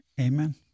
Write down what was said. Amen